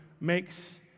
makes